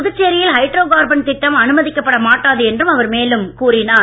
புதுச்சேரியில் hydrocarbon திட்டம் அனுமதிக்கப்பட மாட்டாது என்று அவர் மேலும் கூறினார்